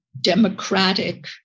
democratic